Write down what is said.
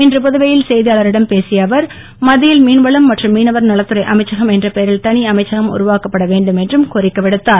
இன்று புதுவையில் செய்தியாளர்களிடம் பேசிய அவர் மத்தியில் மீன்வளம் மற்றும் மீனவர் நலத்துறை அமைச்சகம் என்ற பெயரில் தனி அமைச்சகம் உருவாக்கப்பட வேண்டும் என்றும் கோரிக்கை விடுத்தார்